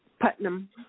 Putnam